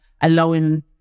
allowing